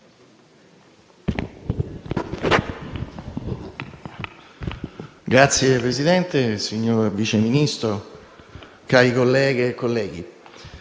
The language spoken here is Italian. Signor Presidente, signor Vice Ministro, care colleghe e colleghi,